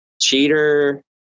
cheater